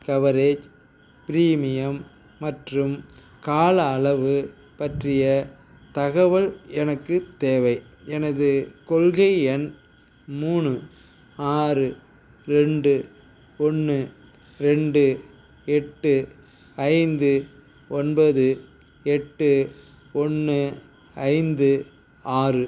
coverage premium மற்றும் கால அளவு பற்றிய தகவல் எனக்கு தேவை எனது கொள்கை எண் மூணு ஆறு ரெண்டு ஒன்று ரெண்டு எட்டு ஐந்து ஒன்பது எட்டு ஒன்று ஐந்து ஆறு